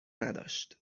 نداشت